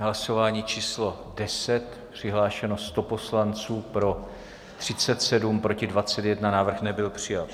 Hlasování číslo 10, přihlášeno 100 poslanců, pro 37, proti 21, návrh nebyl přijat.